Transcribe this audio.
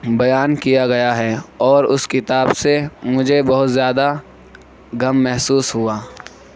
بیان کیا گیا ہے اور اس کتاب سے مجھے بہت زیادہ غم محسوس ہوا